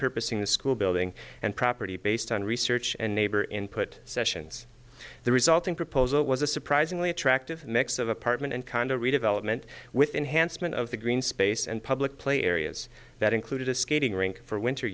sing the school building and property based on research and neighbor input sessions the resulting proposal was a surprisingly attractive mix of apartment and condo redevelopment with enhancement of the green space and public play areas that included a skating rink for winter